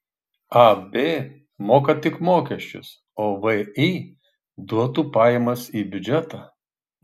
ab moka tik mokesčius o vį duotų pajamas į biudžetą